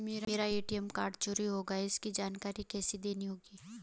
मेरा ATM card चोरी हो गया है इसकी जानकारी किसे देनी होगी?